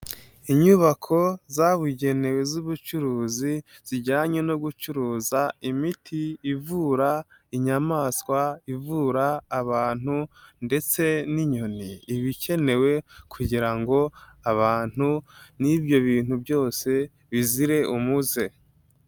Inyubako zabugenewe z'ubucuruzi zijyanye no gucuruza imiti ivura inyamaswa, ivura abantu ndetse n'inyoni, iba ikenewe kugira ngo abantu n'ibyo bintu byose bizire umuze.